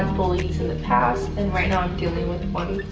in the past, and right now i'm dealing with one.